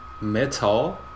metal